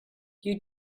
you